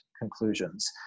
conclusions